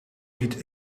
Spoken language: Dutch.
niet